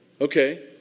Okay